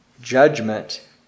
judgment